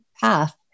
path